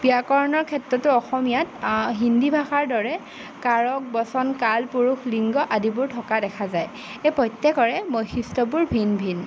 ব্যাকৰণৰ ক্ষেত্ৰতো অসমীয়াত হিন্দী ভাষাৰ দৰে কাৰক বচন কাল পুৰুষ লিংগ আদিবোৰ থকা দেখা যায় এই প্ৰত্যেকৰে বৈশিষ্ট্যবোৰ ভিন ভিন